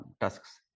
tusks